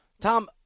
Tom